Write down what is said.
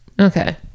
okay